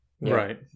Right